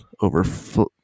over